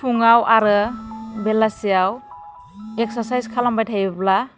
फुंआव आरो बेलासियाव इगसारचाइस खालामबाय थायोब्ला